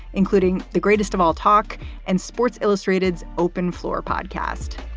including the greatest of all talk and sports illustrated's open floor podcast.